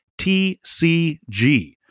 tcg